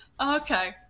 Okay